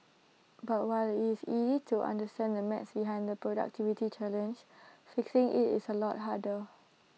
but while IT is easy to understand the maths behind the productivity challenge fixing IT is A lot harder